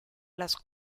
las